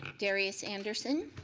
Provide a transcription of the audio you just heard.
darius anderson.